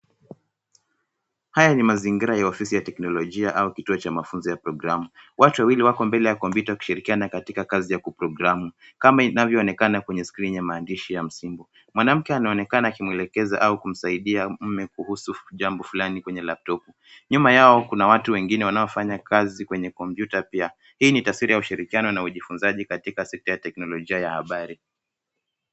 Haya ni mazingira ya ofisi ya teknolojia au kituo cha mafunzo ya programu. Watu wawili wako mbele ya kompyuta kushirikiana katika kazi ya kuprogramu, kama inavyoonekana kwenye skrini ya maandishi ya msingi. Mwanamke anaonekana akimwelekeza au kumsaidia mume kuhusu jambo fulani kwenye laptop . Nyuma yao kuna watu wengine wanaofanya kazi kwenye kompyuta pia. Hii ni taswira ya ushirikiano na ujifunzaji katika sekta ya teknolojia ya habari.